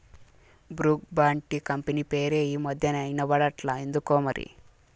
Brooke Bond tea company పేరే ఈ మధ్యనా ఇన బడట్లా ఎందుకోమరి